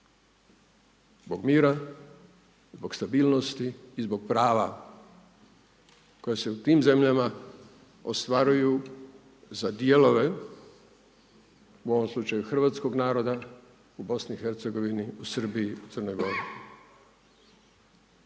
zbog mira, zbog stabilnosti i zbog prava koja se u tim zemljama ostvaruju za dijelove, u ovom slučaju hrvatskog naroda u BiH, u Srbiji, u Crnoj Gori.